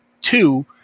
two